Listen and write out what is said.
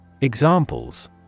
Examples